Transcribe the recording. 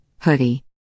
hoodie